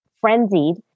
frenzied